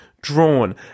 drawn